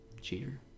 Cheater